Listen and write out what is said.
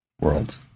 world